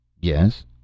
Yes